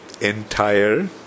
entire